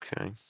Okay